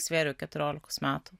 svėriau keturiolikos metų